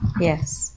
Yes